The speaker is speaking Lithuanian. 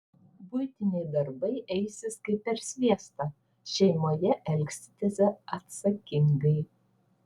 buitiniai darbai eisis kaip per sviestą šeimoje elgsitės atsakingai